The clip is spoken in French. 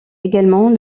également